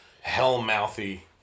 hell-mouthy